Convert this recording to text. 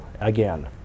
again